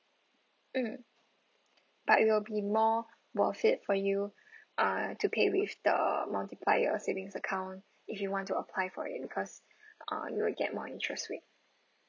mm but it will be more worth it for you ah to pay with the multiplier savings account if you want to apply for it because uh you'll get more interest rate